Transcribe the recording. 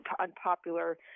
unpopular